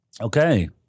Okay